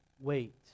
wait